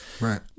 Right